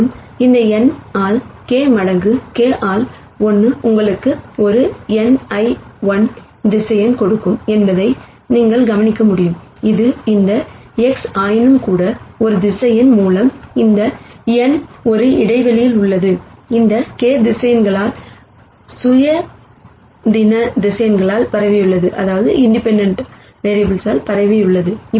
மேலும் இந்த n ஆல் k மடங்கு k ஆல் 1 உங்களுக்கு ஒரு n ஐ 1 வெக்டார் கொடுக்கும் என்பதை நீங்கள் கவனிக்க முடியும் இது இந்த X̂ ஆயினும்கூட ஒரு வெக்டார் மூலம் இந்த n ஒரு இடைவெளியில் உள்ளது இந்த K வெக்டார்களால் லீனியர் இண்டிபெண்டன்ட் வெக்டார்களால் பரவியுள்ளது